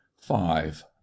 five